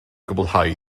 gwblhau